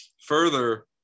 further